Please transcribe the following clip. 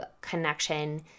connection